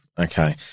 Okay